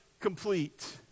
complete